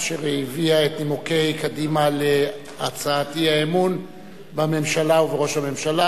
אשר הביאה את נימוקי קדימה להצעת האי-אמון בממשלה ובראש הממשלה.